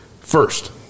first